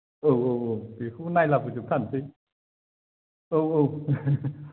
औ औ औ बेखौबो नायलाबोजोबखानोसै औ औ